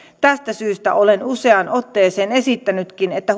tästä syystä olen useaan otteeseen esittänytkin sitä että